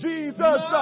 Jesus